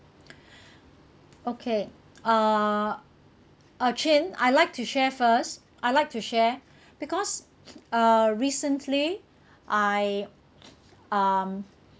okay uh uh Ching I like to share first I'd like to share because uh recently I um